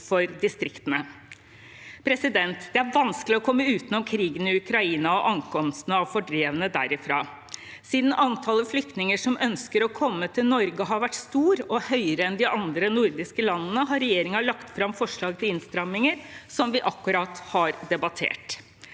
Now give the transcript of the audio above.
for distriktene. Det er vanskelig å komme utenom krigen i Ukraina og ankomstene av fordrevne derfra. Siden antallet flyktninger som ønsker å komme til Norge, har vært høyt – og høyere enn i de andre nordiske landene – har regjeringen lagt fram forslag til innstramminger, som vi akkurat har debattert.